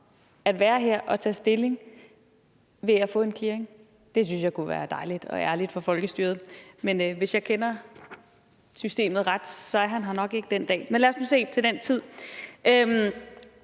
at være her og tage stilling ved at få en clearing? Det synes jeg kunne være dejligt og ærligt for folkestyret. Men hvis jeg kender systemet ret, er han her nok ikke den dag – men lad os nu se til den tid.